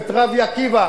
ואת רבי עקיבא,